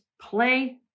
play